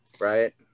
right